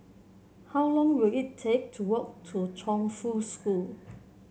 how long will it take to walk to Chongfu School